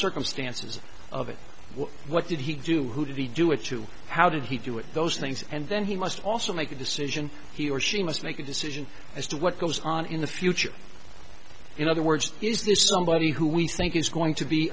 circumstances of it what did he do who did he do it to how did he do it those things and then he must also make a decision he or she must make a decision as to what goes on in the future in other words is this somebody who we think is going to be